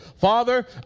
Father